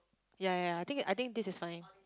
ya ya ya I think I think this is fine